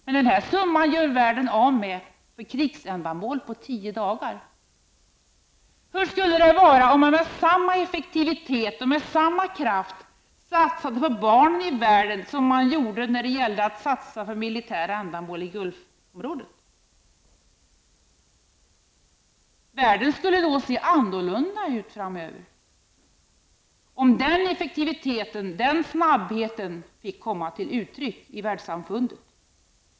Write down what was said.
Men den här summan gör världen av med för krigsändamål på tio dagar. Hur skulle det vara om man satsade på barnen i världen med samma effektivitet och samma kraft som man satsade för militära ändamål i Gulfområdet? Världen skulle se annorlunda ut framöver, om den effektiviteten och den snabbheten fick komma till uttryck världssamfundet.